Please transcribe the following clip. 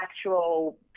actual